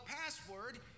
password